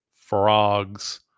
frogs